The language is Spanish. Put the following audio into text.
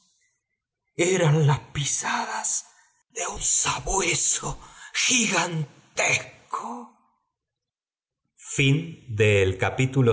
eran las pisadas de un sabueso gigantesco